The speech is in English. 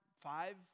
five